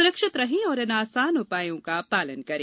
सुरक्षित रहें और इन आसान उपायों का पालन करें